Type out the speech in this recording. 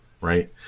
Right